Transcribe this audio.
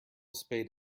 spade